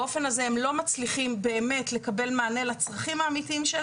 באופן זה הם גם לא מצליחים לקבל את הצרכים שלהם,